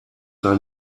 sein